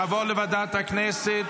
תעבור לוועדת הכנסת.